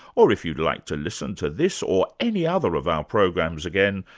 or if you'd like to listen to this or any other of our programs again,